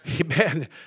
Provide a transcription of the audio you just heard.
Amen